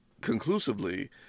conclusively